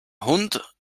hund